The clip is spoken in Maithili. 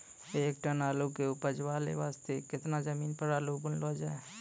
एक टन आलू के उपज वास्ते लगभग केतना जमीन पर आलू बुनलो जाय?